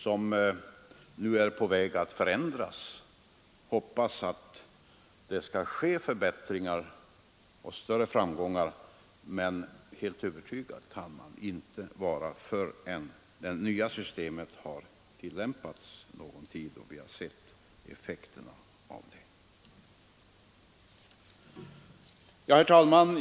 Det är nu på väg att förändras, och jag hoppas att förbättringar och större framgångar skall nås, men helt övertygad kan man inte vara förrän det nya systemet tillämpats någon tid och vi har sett effekterna av detta. Herr talman!